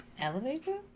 elevator